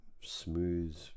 smooth